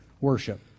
worship